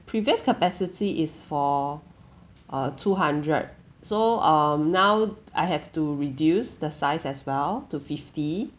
previous capacity is for uh two hundred so um now I have to reduce the size as well to fifty